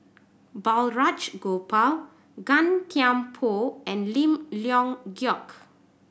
Balraj Gopal Gan Thiam Poh and Lim Leong Geok